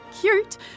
cute